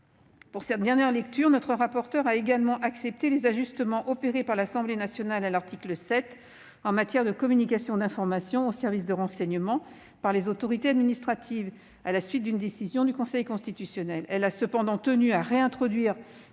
Pour cette dernière lecture, notre rapporteur a également accepté les ajustements opérés par l'Assemblée nationale à l'article 7 en matière de communication d'informations aux services de renseignement par les autorités administratives, à la suite d'une décision du Conseil constitutionnel.